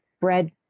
bread